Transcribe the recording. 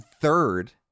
third